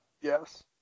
yes